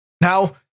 Now